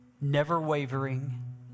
never-wavering